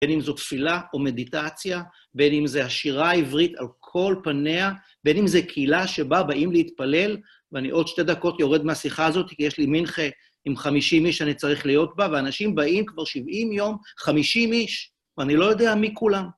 בין אם זו תפילה או מדיטציה, בין אם זו השירה העברית על כל פניה, בין אם זו קהילה שבה באים להתפלל, ואני עוד שתי דקות יורד מהשיחה הזאת, כי יש לי מנחה עם חמישים איש שאני צריך להיות בה, ואנשים באים כבר שבעים יום, חמישים איש, ואני לא יודע מי כולם.